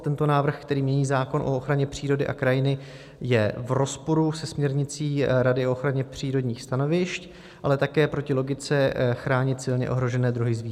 Tento návrh, který mění zákon o ochraně přírody a krajiny, je v rozporu se směrnicí Rady o ochraně přírodních stanovišť, ale také proti logice chránit silně ohrožené druhy zvířat.